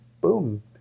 boom